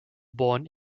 born